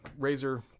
Razer